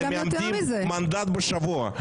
אתם מאבדים מנדט בשבוע.